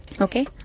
Okay